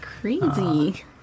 Crazy